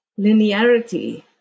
linearity